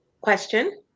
Question